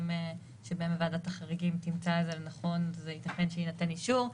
שבהם וועדת החריגים תמצא לנכון ייתכן שיינתן אישור.